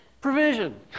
Provision